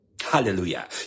Hallelujah